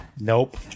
Nope